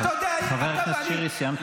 חבר הכנסת שירי, סיימת.